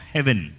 Heaven